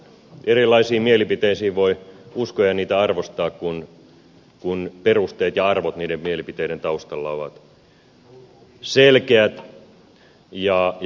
erilaisiin mielipiteisiin voi uskoa ja niitä arvostaa kun perusteet ja arvot niiden mielipiteiden taustalla ovat selkeät ja puhtaat